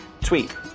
Tweet